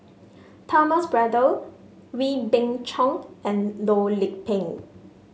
Thomas Braddell Wee Beng Chong and Loh Lik Peng